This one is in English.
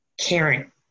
caring